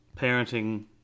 parenting